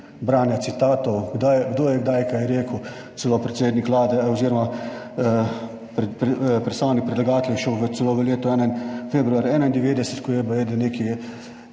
branja citatov, kdo je kdaj kaj rekel, celo predsednik Vlade oziroma predstavnik predlagatelja je šel celo februar 1991, ko je baje, da nekaj